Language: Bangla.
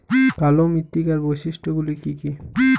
কালো মৃত্তিকার বৈশিষ্ট্য গুলি কি কি?